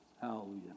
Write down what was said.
Hallelujah